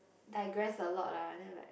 digress a lot ah then I'm like